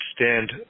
stand